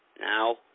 Now